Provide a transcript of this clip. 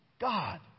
God